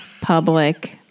public